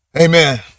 Amen